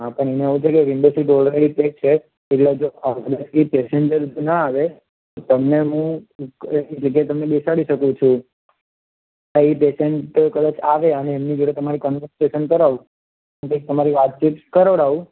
હા તો એમાં એવું છે કે વિન્ડો સીટ ઓલરેડી પેક છે જ એટલે હજુ ઓબીયસલી પેસિંજર જો ના આવે તો તમને મું એ જગ્યાએ તમને બેસાડી શકું છું હવે એ પેસન્ટ તો કદાચ આવે અને એમની જોડે તમારું કોનવરઝેસન કરાવું અને પછી તમારી વાતચીત કરાવડાવું